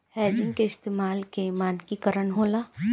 hedging के इस्तमाल के मानकी करण होला